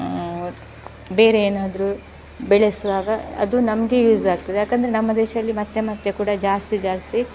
ಬೇರೆ ಏನಾದರೂ ಬೆಳೆಸುವಾಗ ಅದು ನಮಗೆ ಯೂಸ್ ಆಗ್ತದೆ ಯಾಕೆಂದರೆ ನಮ್ಮ ದೇಶದಲ್ಲಿ ಮತ್ತೆ ಮತ್ತೆ ಕೂಡ ಜಾಸ್ತಿ ಜಾಸ್ತಿ